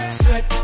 sweat